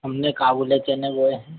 हमने काबूली चने बोए हैं